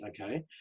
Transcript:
okay